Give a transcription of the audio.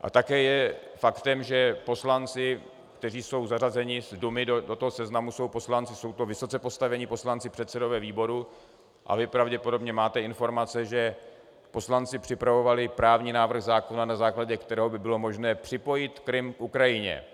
A také je faktem, že poslanci z Dumy, kteří jsou zařazeni do toho seznamu, jsou vysoce postavení poslanci, předsedové výborů, a vy pravděpodobně máte informace, že poslanci připravovali právní návrh zákona, na základě kterého by bylo možné připojit Krym k Ukrajině.